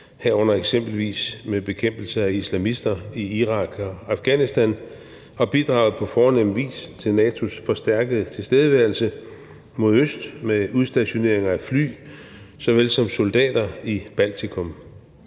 herunder eksempelvis med bekæmpelse af islamister i Irak og Afghanistan, og bidrager på fornem vis til NATO's forstærkede tilstedeværelse mod øst med udstationering af fly såvel som af soldater i Baltikum.